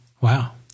Wow